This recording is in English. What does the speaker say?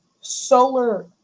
solar